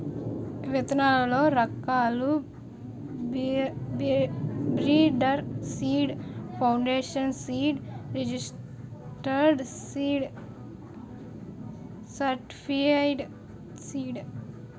విత్తనాల్లో రకాలు breeder seed, foundation seed, registered seed, certified seed